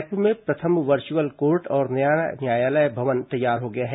रायपुर में प्रथम virtual court और नया न्यायालय भवन तैयार हो गया है